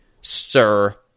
sir